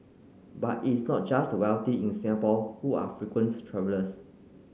but it's not just the wealthy in Singapore who are frequent travellers